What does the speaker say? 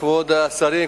כבוד השרים,